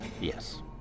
Yes